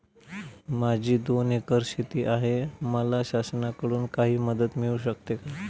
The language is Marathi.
माझी दोन एकर शेती आहे, मला शासनाकडून काही मदत मिळू शकते का?